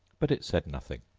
but it said nothing.